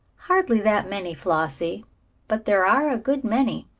hardly that many, flossie but there are a good many.